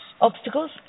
Obstacles